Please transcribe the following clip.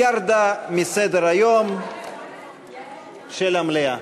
ירדה מסדר-היום של המליאה.